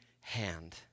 hand